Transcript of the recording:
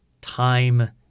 time